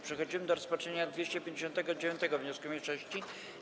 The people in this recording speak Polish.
Przechodzimy do rozpatrzenia 259. wniosku mniejszości.